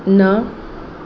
न